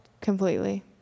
completely